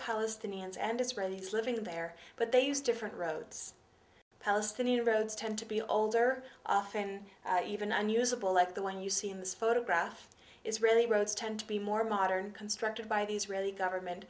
palestinians and israelis living there but they use different roads palestinian roads tend to be older and even unusable like the one you see in this photograph israeli roads tend to be more modern constructed by the israeli government